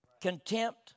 contempt